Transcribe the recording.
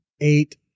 eight